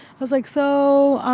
i was like, so